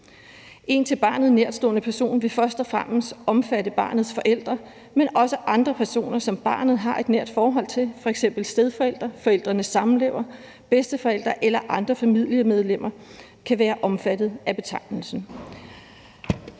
En til barnet nærtstående person vil først og fremmest omfatte barnets forældre, men også andre personer, som barnet har et nært forhold til. F.eks. stedforælder, forælders samlever, bedsteforældre eller andre familiemedlemmer kan være omfattet af betegnelsen.